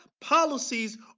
policies